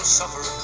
suffer